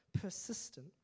persistent